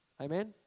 Amen